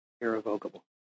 irrevocable